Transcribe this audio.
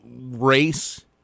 race